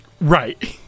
Right